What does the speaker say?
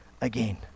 again